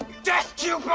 death to you